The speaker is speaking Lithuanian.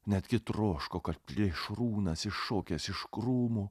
netgi troško kad plėšrūnas iššokęs iš krūmų